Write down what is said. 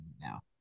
Now